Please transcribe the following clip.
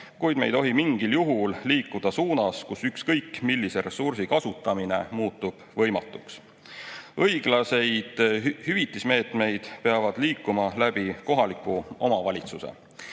kuid me ei tohi mingil juhul liikuda suunas, kus ükskõik millise ressursi kasutamine muutub võimatuks. Õiglased hüvitismeetmed peavad liikuma kohaliku omavalitsuse